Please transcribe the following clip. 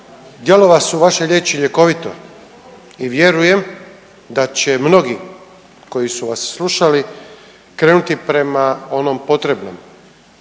djelovale su vaše riječi ljekovito. I vjerujem da će mnogi koji su vas slušali krenuti prema onom potrebnom